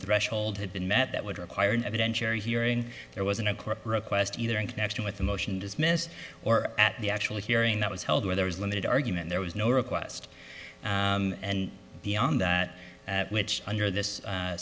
threshold had been met that would require an evidentiary hearing there wasn't a request either in connection with a motion dismissed or at the actual hearing that was held where there was limited argument there was no request beyond that which under this